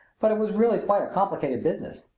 but it was really quite a complicated business.